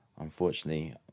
unfortunately